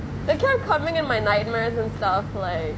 they keep on coming in my nightmares and stuff like